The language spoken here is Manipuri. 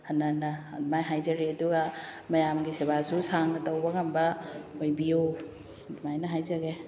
ꯍꯟꯅ ꯍꯟꯅ ꯑꯗꯨꯃꯥꯏ ꯍꯥꯏꯖꯔꯤ ꯑꯗꯨꯒ ꯃꯌꯥꯝꯒꯤ ꯁꯦꯕꯥꯁꯨ ꯁꯥꯡꯅ ꯇꯧꯕ ꯉꯝꯕ ꯑꯣꯏꯕꯤꯎ ꯑꯗꯨꯃꯥꯏꯅ ꯍꯥꯏꯖꯒꯦ